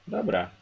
Dobra